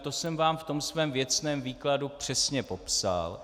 To jsem vám ve svém věcném výkladu přesně popsal.